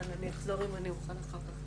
אני אחזור אם אני אוכל אחר כך.